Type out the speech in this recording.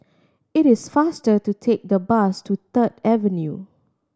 it is faster to take the bus to Third Avenue